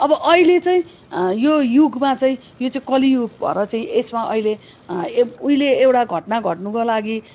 अब अहिले चाहिँ यो युगमा चाहिँ यो चाहिँ कलियुग भएर चाहिँ यसमा अहिले उहिले एउटा घटना घट्नुको लागि